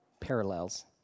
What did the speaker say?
parallels